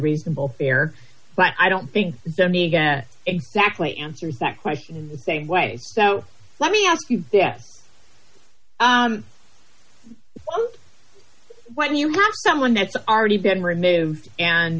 reasonable fair but i don't think it's exactly answered that question in the same way so let me ask you this when you have someone that's already been removed and